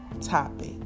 topic